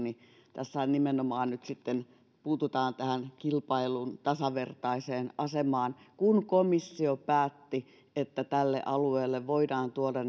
tässähän nimenomaan puututaan tähän kilpailun tasavertaiseen asemaan kun komissio päätti että tälle alueelle voidaan tuoda